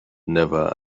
never